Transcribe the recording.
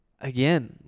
again